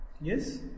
yes